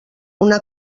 una